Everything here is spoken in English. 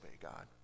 God